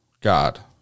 god